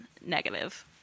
negative